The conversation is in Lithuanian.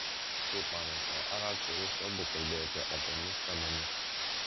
kaip manote ar aktoriui svarbu kalbėti opiomis temomis